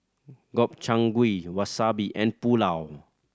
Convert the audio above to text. Gobchang Gui Wasabi and Pulao